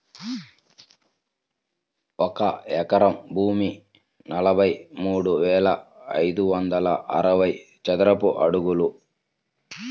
ఒక ఎకరం భూమి నలభై మూడు వేల ఐదు వందల అరవై చదరపు అడుగులు